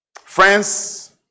Friends